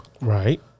Right